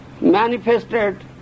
manifested